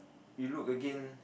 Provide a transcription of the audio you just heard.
you look again